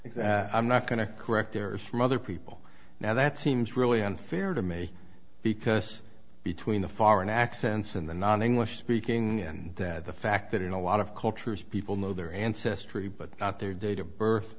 s i'm not going to correct errors from other people now that seems really unfair to me because between the foreign accents and the non english speaking and that the fact that in a lot of cultures people know their ancestry but not their date of birth